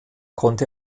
konnte